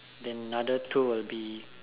then other two will be